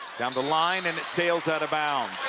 down the line and it sails out um out